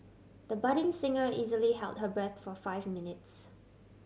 the budding singer easily held her breath for five minutes